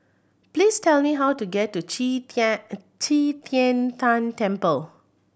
please tell me how to get to Qi Tian Qi Tian Tan Temple